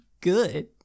good